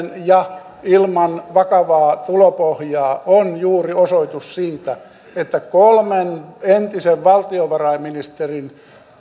ja ilman vakavaa tulopohjaa on juuri osoitus siitä että kolmen entisen valtiovarainministerin